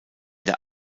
der